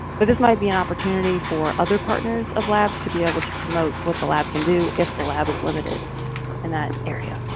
but this might be an opportunity for other partners of labs to be able to promote what the lab can do if the lab is limited in that area.